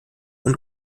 und